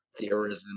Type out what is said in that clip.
Theorism